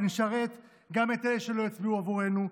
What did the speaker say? ונשרת גם אלה שלא הצביעו עבורנו.